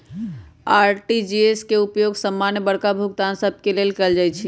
RTGS के उपयोग समान्य बड़का भुगतान सभ के लेल कएल जाइ छइ